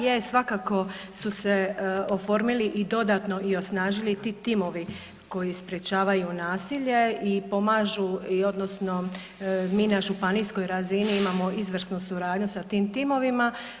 Je, svakako su se oformili i dodatno i osnažili ti timovi koji sprječavaju nasilje i pomažu odnosno mi na županijskoj razini imamo izvrsnu suradnju sa tim timovima.